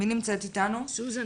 סוזן